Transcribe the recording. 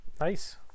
nice